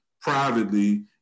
privately